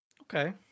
Okay